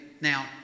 now